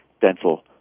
dental